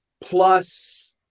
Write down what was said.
plus